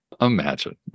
Imagine